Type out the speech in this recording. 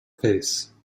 face